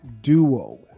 duo